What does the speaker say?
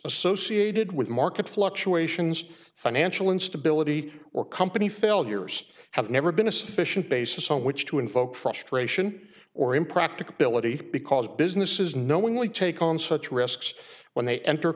associated with market fluctuations financial instability or company failures have never been a sufficient basis on which to invoke frustration or impracticability because businesses knowingly take on such risks when they enter